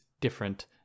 different